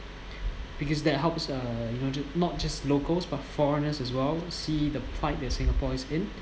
because that helps uh you noted not just locals but foreigners as well see the plight that singapore is in